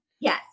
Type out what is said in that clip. Yes